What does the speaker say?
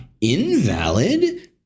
invalid